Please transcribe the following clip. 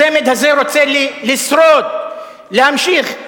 הצמד הזה רוצה לשרוד, להמשיך.